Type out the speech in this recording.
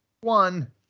One